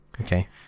Okay